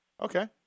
Okay